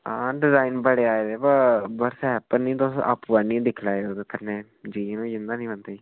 बा डिजाईन बड़े आये व्हाट्सएप पर निं तुस आपें आह्नियै दिक्खी लैयो कन्नै जकीन होई जंदा निं बंदे ई